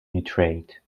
nitrate